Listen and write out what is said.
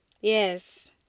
Yes